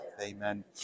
Amen